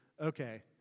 okay